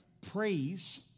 Praise